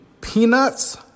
peanuts